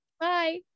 Bye